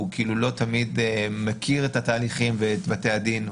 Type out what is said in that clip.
לא תמיד מכיר את התהליכים ואת בתי הדין,